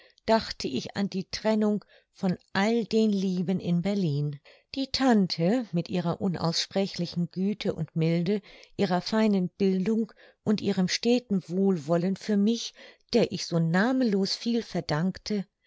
dachte ich an die trennung von all den lieben in berlin die tante mit ihrer unaussprechlichen güte und milde ihrer feinen bildung und ihrem steten wohlwollen für mich der ich so namenlos viel dankte